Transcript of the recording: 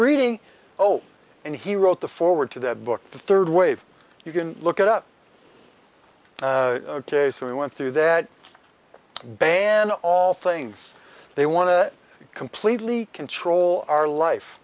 reading oh and he wrote the forward to the book the third wave you can look it up ok so we went through that band all things they want to completely control our life